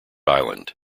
island